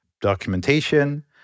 documentation